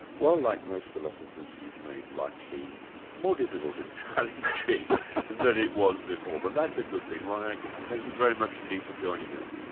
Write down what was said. well like most philosophers you've made life seem more difficult and challenging than it was before. but that's a good thing. rob atkinson, thank you very much indeed for joining us.